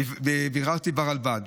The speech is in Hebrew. ביררתי ברלב"ד,